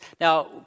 Now